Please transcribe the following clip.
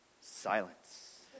Silence